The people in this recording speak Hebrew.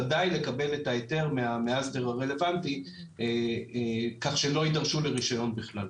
וודאי לקבל את ההיתר מהמאסדר הרלוונטי כך שלא יידרשו לרישיון בכלל.